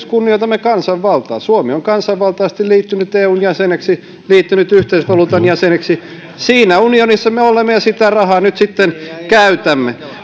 kunnioitamme myös kansanvaltaa suomi on kansanvaltaisesti liittynyt eun jäseneksi liittynyt yhteisvaluutan jäseneksi siinä unionissa me olemme ja sitä rahaa nyt sitten käytämme